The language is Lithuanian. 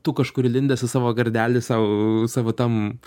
tu kažkur įlindęs į savo gardelį sau savo tam